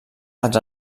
els